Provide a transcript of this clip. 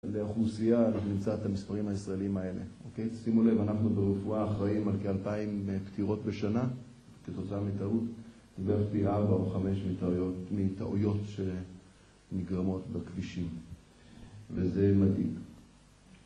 לאוכלוסיה נמצא את המספרים הישראלים האלה, אוקיי? שימו לב, אנחנו ברפואה אחראים על כאלפיים פטירות בשנה כתוצאה מטעות ועד פי ארבע או חמש מטעויות, מטעויות שנגרמות בכבישים וזה מדאיג